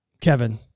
Kevin